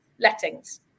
lettings